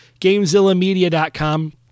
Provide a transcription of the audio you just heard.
GameZillaMedia.com